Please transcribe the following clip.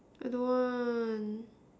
I don't want